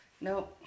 no